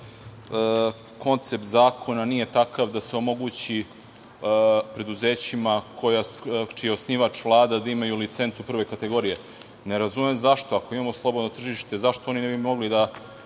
koncept zakona nije takav da se omogući preduzećima, čiji je osnivač Vlada, da imaju licencu prve kategorije. Ne razumem, zašto? Ako imamo slobodno tržište, zašto oni ne bi mogli da